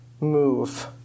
move